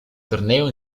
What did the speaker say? torneo